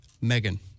Megan